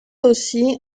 aussi